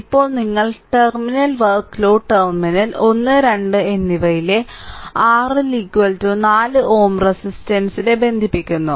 ഇപ്പോൾ നിങ്ങൾ terminal work loss terminal 1 2 എന്നിവയിലെ RL 4 Ω റെസിസ്റ്റൻസിനെ ബന്ധിപ്പിക്കുന്നു